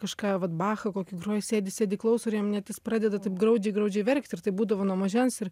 kažką vat bachą kokį groja sėdi sėdi klauso ir jam net jis pradeda taip graudžiai graudžiai verkti ir taip būdavo nuo mažens ir